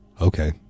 Okay